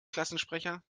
klassensprecher